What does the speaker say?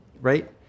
right